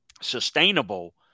sustainable